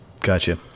gotcha